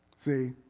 See